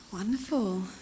Wonderful